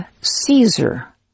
Caesar